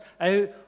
out